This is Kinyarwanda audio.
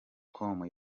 com